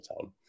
town